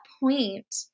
point